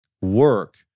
work